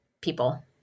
people